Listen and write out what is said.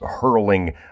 hurling